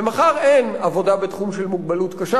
ומחר אין עבודה בתחום של מוגבלות קשה,